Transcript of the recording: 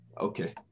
Okay